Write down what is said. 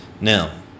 Now